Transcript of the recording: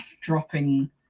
dropping